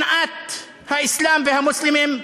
שנאת האסלאם והמוסלמים,